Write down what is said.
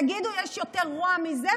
תגידו, יש יותר רוע מזה?